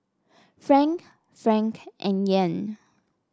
franc franc and Yen